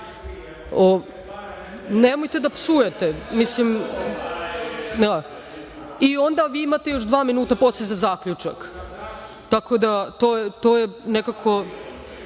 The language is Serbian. nemojte da psujete. Onda vi imate još dva minuta za zaključak. Tako da to je nekako